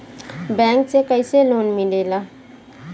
Bank से कइसे loan मिलेला?